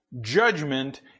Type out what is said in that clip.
judgment